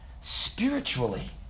spiritually